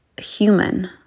human